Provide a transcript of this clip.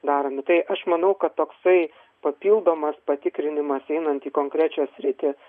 daromi tai aš manau kad toksai papildomas patikrinimas einant į konkrečią sritį